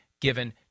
given